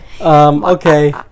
Okay